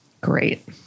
Great